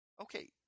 Okay